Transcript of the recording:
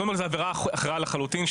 קוראים לזה עבירה אחרה לחלוטין,